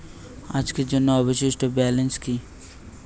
আজকের জন্য অবশিষ্ট ব্যালেন্স কি?